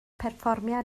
perfformiad